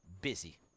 busy